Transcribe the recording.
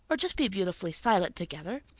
or just be beautifully silent together.